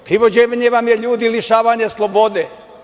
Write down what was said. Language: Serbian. Privođenje vam je, ljudi, lišavanje slobode.